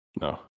No